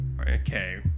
Okay